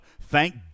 Thank